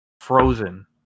frozen